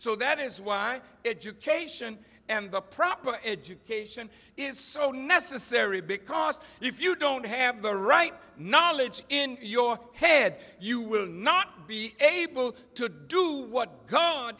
so that is why education and the proper education is so necessary because if you don't have the right knowledge in your head you will not be able to do what god